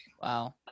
Wow